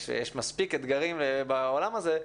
יש מספיק אתגרים בעולם הזה,